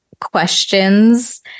questions